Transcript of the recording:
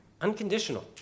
unconditional